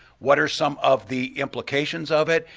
what are some of the implications of it,